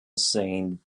saint